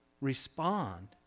respond